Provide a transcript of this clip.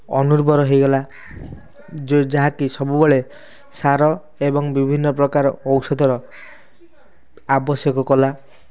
ଅର୍ନୁବର ହୋଇଗଲା ଯାହାକି ସବୁବେଳେ ସାର ଏବଂ ବିଭିନ୍ନ ପ୍ରକାର ଔଷଧର ଆବଶ୍ୟକ କଲା